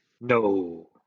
No